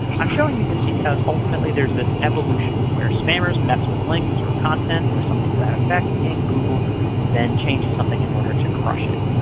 i'm showing you this because, ultimately, there's this evolution where spammers mess with links or content or something to that effect, and google then changes something in order to crush it.